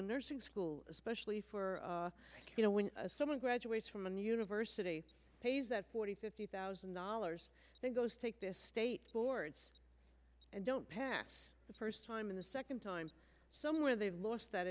in nursing school especially for you know when someone graduates from a new university pays that forty fifty thousand dollars then goes take this state boards and don't pass the first time in the second time somewhere they've lost that